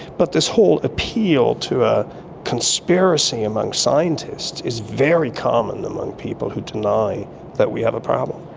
but this whole appeal to a conspiracy among scientists is very common among people who deny that we have a problem.